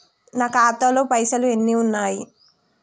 నా ఖాతాలో పైసలు ఎన్ని ఉన్నాయి?